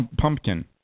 Pumpkin